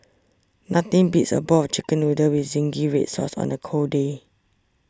nothing beats a bowl of Chicken Noodles with Zingy Red Sauce on a cold day